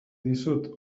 dizut